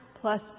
plus